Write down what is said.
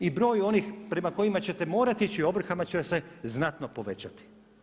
I broj onih prema kojima ćete morati ići ovrhama će se znatno povećati.